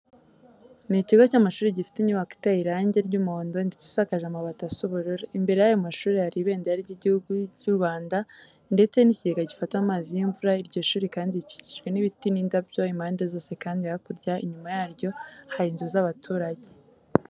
Ni ikigo cy'amashuri gifite inyubako iteye irange ry'umuhondo ndetse isakaje amabati asa ubururu. Imbere y'ayo mashuri hari Ibendera ry'Igihugu cy'u Rwanda ndetse n'ikigega gifata amazi y'imvura. Iryo shuri kandi rikikijwe n'ibiti n'indabyo impande zose kandi hakurya inyuma yaryo hari inzu z'abaturage.